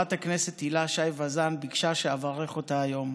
כשחברת הכנסת הילה שי וזאן ביקשה שאברך אותה היום.